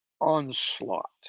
onslaught